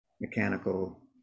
mechanical